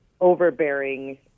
overbearing